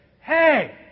Hey